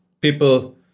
people